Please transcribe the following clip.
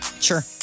Sure